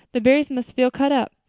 the barrys must feel cut up.